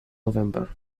november